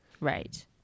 Right